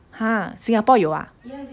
!huh! singapore 有啊